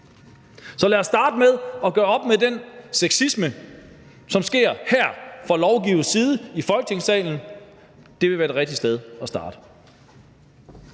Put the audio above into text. Så lad os starte med at gøre op med den sexisme, som sker her fra lovgivernes side i Folketingssalen. Det ville være det rigtige sted at starte.